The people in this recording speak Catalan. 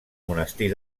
monestir